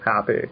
happy